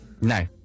No